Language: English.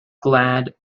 glad